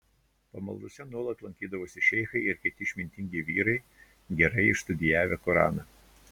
pamaldose nuolat lankydavosi šeichai ir kiti išmintingi vyrai gerai išstudijavę koraną